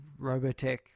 Robotech